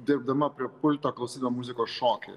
dirbdama prie pulto klausydama muzikos šoki